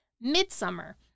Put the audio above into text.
Midsummer